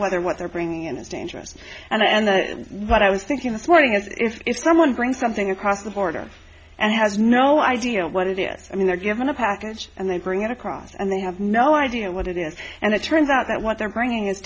whether what they're bringing in is dangerous and what i was thinking this morning is if it's someone brings something across the border and has no idea what it is i mean they're given a package and they bring it across and they have no idea what it is and it turns out that what they're bringing i